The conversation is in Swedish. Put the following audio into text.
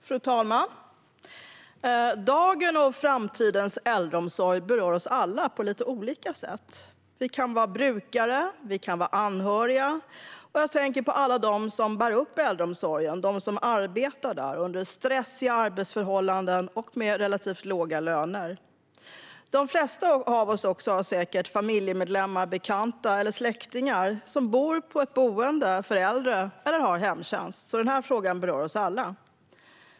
Fru talman! Dagens och framtidens äldreomsorg berör oss alla på lite olika sätt. Vi kan vara brukare eller anhöriga. Jag tänker också på alla som bär upp äldreomsorgen och som arbetar där under stressiga arbetsförhållanden och med relativt låga löner. De flesta av oss har säkert familjemedlemmar, bekanta eller släktingar som bor på ett boende för äldre eller har hemtjänst. Därför berör denna fråga oss alla.